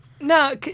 No